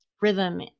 rhythm